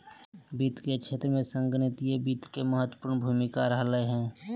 वित्त के क्षेत्र में संगणकीय वित्त के महत्वपूर्ण भूमिका रहलय हें